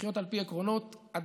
לחיות על פי עקרונות עדש"ה: